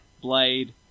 blade